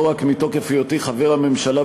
לא רק מתוקף היותי חבר הממשלה,